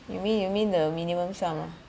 you mean you mean the minimum sum ah